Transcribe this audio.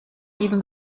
even